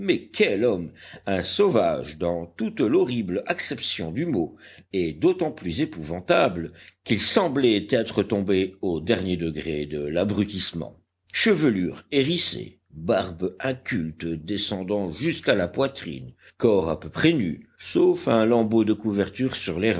quel homme un sauvage dans toute l'horrible acception du mot et d'autant plus épouvantable qu'il semblait être tombé au dernier degré de l'abrutissement chevelure hérissée barbe inculte descendant jusqu'à la poitrine corps à peu près nu sauf un lambeau de couverture sur les